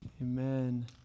Amen